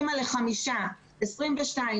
אני אימא לחמישה בני 22,